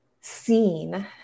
seen